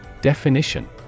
Definition